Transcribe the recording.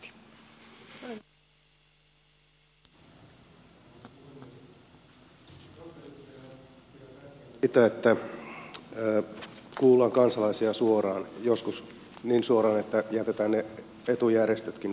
kansanedustajana minä pidän tärkeänä sitä että kuullaan kansalaisia suoraan joskus niin suoraan että jätetään ne etujärjestötkin välistä pois